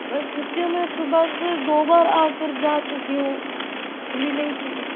کیونکہ میں صُبح سے دو بار آ کر جا چکی ہوں کُھلی نہیں تھی